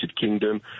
Kingdom